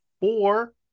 four